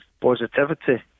positivity